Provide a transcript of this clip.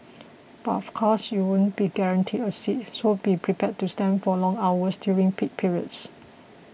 but of course you won't be guaranteed a seat so be prepared to stand for long hours during peak periods